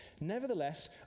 nevertheless